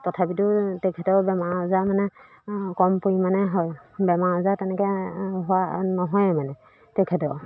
তথাপিতো তেখেতেৰ বেমাৰ আজাৰ মানে কম পৰিমাণে হয় বেমাৰ আজাৰ তেনেকৈ হোৱা নহয়েই মানে তেখেতেৰ